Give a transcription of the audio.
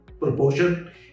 proportion